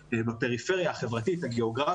כל הסיפור של להט"ב נמצא תחת הפריזה של שפ"י שירות פסיכולוגי